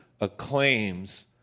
acclaims